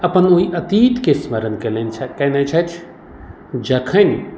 अपन ओहि अतीतकेँ स्मरण केलनि छथि कयने छथि जखन